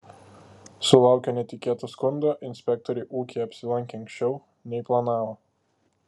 sulaukę netikėto skundo inspektoriai ūkyje apsilankė anksčiau nei planavo